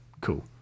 Cool